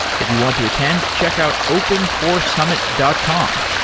if you want to attend, check out opencoresummit dot com.